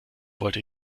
wollte